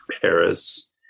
Paris